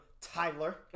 Tyler